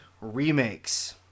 remakes